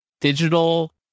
digital